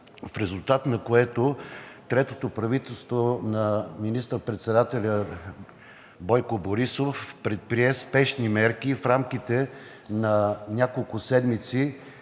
в резултат на което третото правителство на министър-председателя Бойко Борисов предприе спешни мерки и в рамките на няколко седмици